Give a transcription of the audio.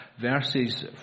verses